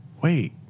wait